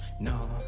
no